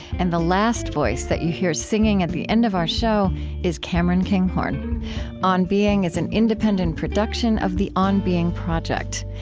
and the last voice that you hear singing at the end of our show is cameron kinghorn on being is an independent production of the on being project.